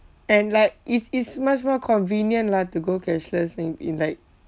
and like it's it's much more convenient lah to go cashless in in like